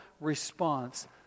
response